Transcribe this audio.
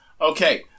Okay